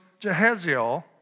Jehaziel